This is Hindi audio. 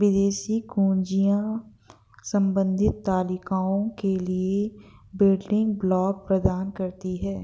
विदेशी कुंजियाँ संबंधित तालिकाओं के लिए बिल्डिंग ब्लॉक प्रदान करती हैं